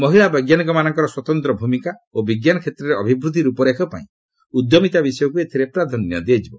ମହିଳା ବୈଜ୍ଞାନିକ ମାନଙ୍କର ସ୍ୱତନ୍ତ୍ର ଭୂମିକା ଓ ବିଜ୍ଞାନ କ୍ଷେତ୍ରରେ ଅଭିବୃଦ୍ଧି ରୂପରେଖ ପାଇଁ ଉଦ୍ୟମିତା ବିଷୟକୁ ଏଥିରେ ପ୍ରାଧାନ୍ୟ ଦିଆଯିବ